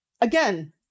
again